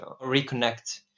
reconnect